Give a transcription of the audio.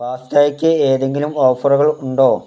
പാസ്തക്ക് എതെങ്കിലും ഓഫറുകൾ ഉണ്ടോ